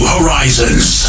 Horizons